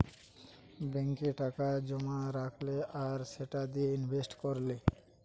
ব্যাংকে টাকা জোমা রাখলে আর সেটা দিয়ে ইনভেস্ট কোরলে